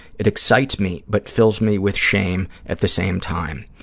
it excites me but fills me with shame at the same time.